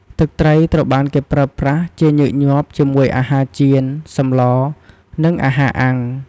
ទឹកត្រីត្រូវបានគេប្រើប្រាស់ជាញឹកញាប់ជាមួយអាហារចៀន សម្លរ និងអាហារអាំង។